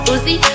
Uzi